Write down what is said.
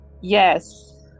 yes